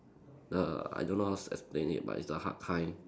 uh I don't know how to explain it but it's the hard kind